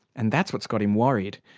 and that's what's got him worried.